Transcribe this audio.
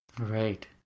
Right